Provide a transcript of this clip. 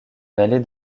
vallée